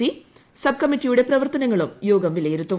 C സബ്കമ്മിറ്റിയുടെ governor പ്രവർത്തനങ്ങളും യോഗം വിലയിരുത്തും